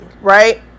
right